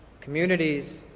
communities